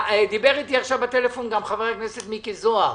דיבר איתי בטלפון גם חבר הכנסת מיקי זוהר,